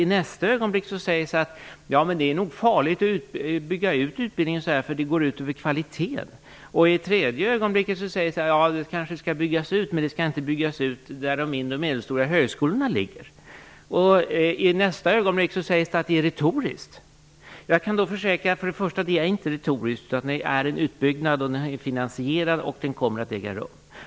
I nästa ögonblick sägs det att det nog är farligt att bygga ut utbildningen så här, för att det går ut över kvaliteten. I det tredje ögonblicket sägs att utbildningen kanske skall byggas ut men inte där de mindre och medelstora högskolorna ligger. Återigen i nästa ögonblick sägs det att det är retoriskt. För det första kan jag försäkra att det inte är retoriskt. Utbyggnaden är finansierad och kommer att äga rum.